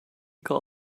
call